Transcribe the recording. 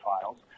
files